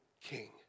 king